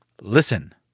Listen